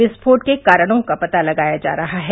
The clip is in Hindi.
विस्फोट के कारणों का पता लगाया जा रहा है